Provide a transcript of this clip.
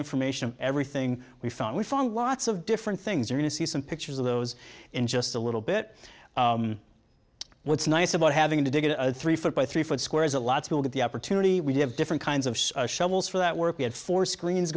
information everything we found we found lots of different things are going to see some pictures of those in just a little bit what's nice about having to dig a three foot by three foot square is a lot to look at the opportunity we do have different kinds of shovels for that work at four screens